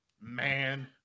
man